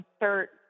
insert